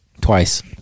Twice